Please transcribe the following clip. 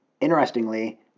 Interestingly